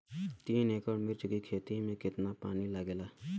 तीन एकड़ मिर्च की खेती में कितना पानी लागेला?